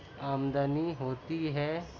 آمدنی ہوتی ہے